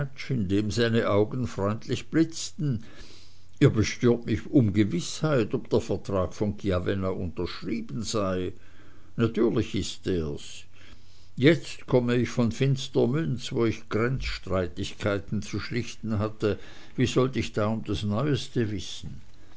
seine augen freundlich blitzten ihr bestürmt mich um gewißheit ob der vertrag von chiavenna unterschrieben sei natürlich ist er's jetzt komme ich von finstermünz wo ich grenzstreitigkeiten zu schlichten hatte wie sollt ich da um das neueste wissen